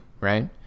right